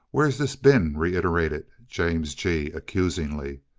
where's this been? reiterated james g, accusingly.